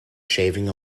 shaving